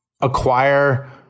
acquire